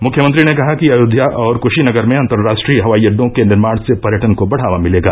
मुख्यमंत्री ने कहा कि अयोध्या और क्शीनगर में अंतरराष्ट्रीय हवाई अडडो के निर्माण से पर्यटन को बढ़ावा मिलेगा